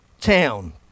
town